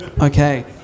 Okay